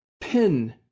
pin